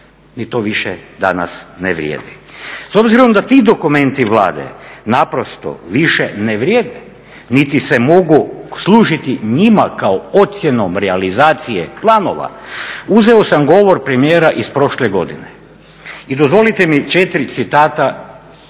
Ni to više danas ne vrijedi. S obzirom da ti dokumenti Vlade naprosto više ne vrijede, niti se mogu služiti njima kao ocjenom realizacije planova uzeo sam govor premijera iz prošle godine. I dozvolite mi četiri citata